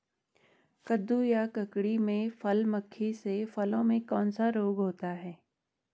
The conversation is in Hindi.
कद्दू या ककड़ी में फल मक्खी से फलों में कौन सा रोग होता है?